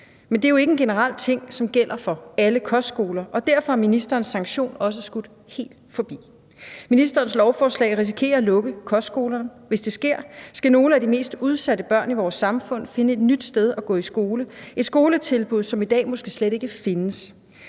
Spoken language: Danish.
Men det er jo ikke en generel ting, som gælder for alle kostskoler, og derfor er ministerens sanktion også helt skudt forbi. Ministerens lovforslag risikerer at lukke kostskolerne. Hvis det sker, skal nogle af de mest udsatte børn i vores samfund finde et nyt sted at gå i skole – et skoletilbud, som i dag måske slet ikke findes.